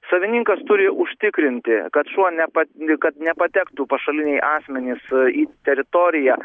savininkas turi užtikrinti kad šuo nepa kad nepatektų pašaliniai asmenys aa į teritoriją